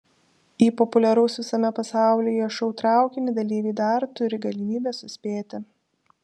į populiaraus visame pasaulyje šou traukinį dalyviai dar turi galimybę suspėti